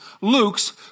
Luke's